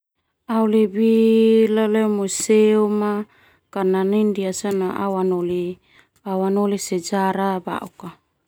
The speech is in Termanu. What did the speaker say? Au lebih leo museum au anoli sejarah bauk.